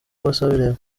bosebabireba